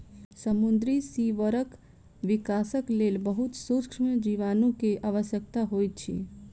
समुद्री सीवरक विकासक लेल बहुत सुक्ष्म जीवाणु के आवश्यकता होइत अछि